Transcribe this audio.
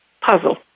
puzzle